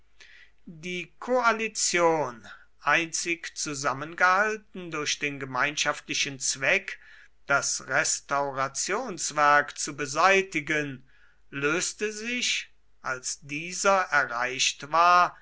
die koalition einzig zusammengehalten durch den gemeinschaftlichen zweck das restaurationswerk zu beseitigen löste sich als dieser erreicht war